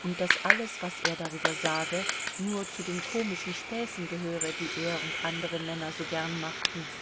und daß alles was er darüber sage nur zu den komischen späßen gehöre die er und andere männer so gern machten